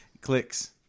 clicks